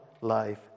life